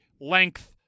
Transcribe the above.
length